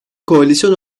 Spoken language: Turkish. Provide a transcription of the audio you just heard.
koalisyon